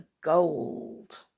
Gold